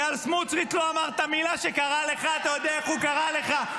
כי על סמוטריץ' לא אמרת מילה כשקרא לך -- אתה יודע איך הוא קרא לך?